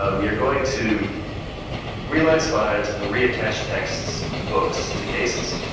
um you are going to reline spines and reattach texts to books, to cases.